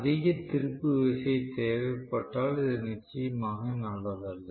அதிக திருப்பு விசை தேவைப்பட்டால் இது நிச்சயமாக நல்லதல்ல